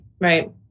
right